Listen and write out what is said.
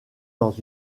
dans